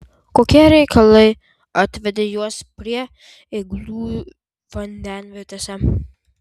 kokie reikalai atvedė juos prie eigulių vandenvietės